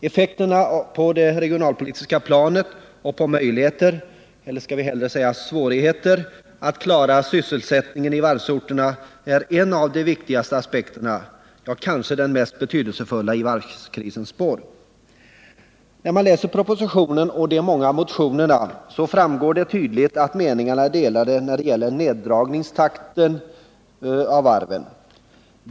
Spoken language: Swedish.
Effekterna på det regionalpolitiska planet och på möjligheten, eller rättare sagt svårigheten, att klara sysselsättningen i varvsorterna är en av de viktigaste aspekterna, ja, kanske den mest betydelsefulla i varvskrisens spår. När man läser propositionen och de många motionerna framgår det tydligt att meningarna är delade när det gäller neddragningstakten vid varven.